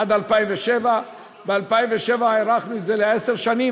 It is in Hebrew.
עד 2007. ב-2007 הארכנו את זה בעשר שנים,